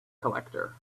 collector